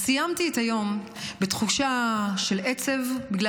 אז סיימתי את היום בתחושה של עצב בגלל